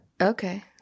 Okay